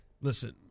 Listen